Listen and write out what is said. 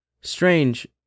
strange